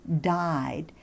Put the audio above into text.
died